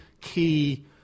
key